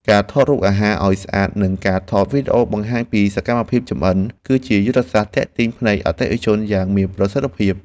ការថតរូបអាហារឱ្យស្អាតនិងការថតវីដេអូបង្ហាញពីសកម្មភាពចម្អិន គឺជាយុទ្ធសាស្ត្រទាក់ទាញភ្នែកអតិថិជនយ៉ាងមានប្រសិទ្ធភាព។